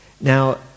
Now